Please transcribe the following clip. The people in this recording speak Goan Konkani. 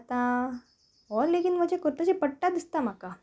आतां हो लेगीन म्हजें कुरताचेर पडटा दिसता म्हाका